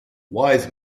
wise